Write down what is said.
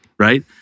Right